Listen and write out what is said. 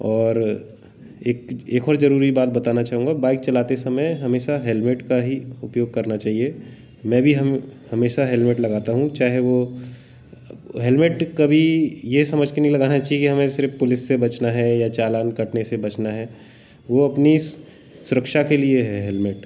और एक एक और जरूरी बात बताना चाहूँगा बाइक चलाते समय हमेशा हेलमेट का ही उपयोग करना चाहिए मैं भी हमेशा लगता हूँ चाहे वो हेलमेट कभी ये समझ के नहीं लगाना चाहिए कि हमें सिर्फ पुलिस से बचना है या चालान कटने से बचना है वो अपनी सुरक्षा के लिए है हेलमेट